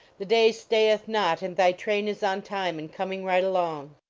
the day stayeth not and thy train is on time and coming right along!